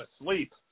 asleep